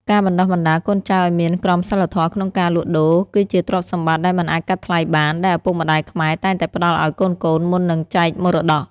ការបណ្ដុះបណ្ដាលកូនចៅឱ្យមានក្រមសីលធម៌ក្នុងការលក់ដូរ គឺជាទ្រព្យសម្បត្តិដែលមិនអាចកាត់ថ្លៃបាន ដែលឪពុកម្ដាយខ្មែរតែងតែផ្ដល់ឱ្យកូនៗមុននឹងចែកមរតក។